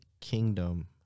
kingdom